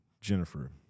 Jennifer